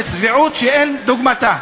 זו צביעות שאין כדוגמתה.